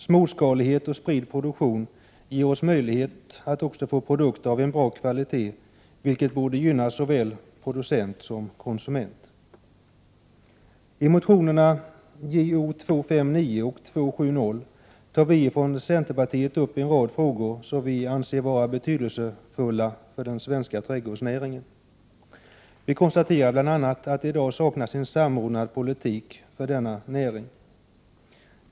Småskalighet och spridd produktion ger oss möjlighet att få produkter av bra kvalitet, vilket borde gynna såväl producent som konsument. I motionerna Jo259 och Jo270 tar vi från centerpartiet upp en rad frågor som vi anser vara betydelsefulla för den svenska trädgårdsnäringen. Vi konstaterar bl.a. att det i dag saknas en samordnad politik för den svenska trädgårdsnäringen.